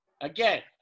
Again